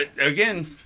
again